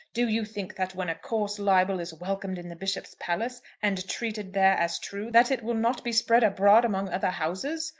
do you think that when a coarse libel is welcomed in the bishop's palace, and treated there as true, that it will not be spread abroad among other houses?